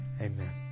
Amen